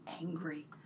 angry